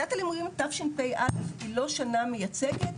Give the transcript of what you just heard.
שנת הלימודים תשפ"א היא לא שנה מייצגת,